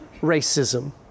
racism